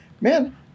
man